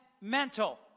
mental